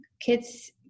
kids